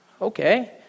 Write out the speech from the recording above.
Okay